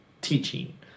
teaching